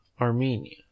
Armenia